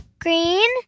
green